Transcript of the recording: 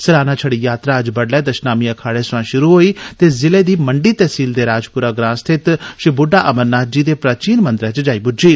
सलाना छड़ी यात्रा अज्ज बड्डलै दशनामी अखाड़े सवां शुरु होई ते जिले दी मंडी तहसील दे राजपुरा ग्रां स्थित श्री बुड्डा अमरनाथ जी दे प्राचीन मंदरै च पुज्जी